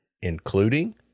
including